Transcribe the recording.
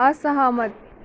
असहमत